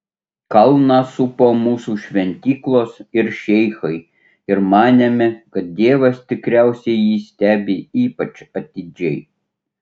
kalną supo mūsų šventyklos ir šeichai ir manėme kad dievas tikriausiai jį stebi ypač atidžiai